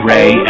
Ray